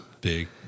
big